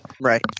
Right